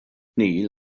níl